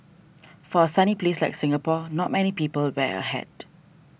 for a sunny place like Singapore not many people wear a hat